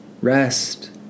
rest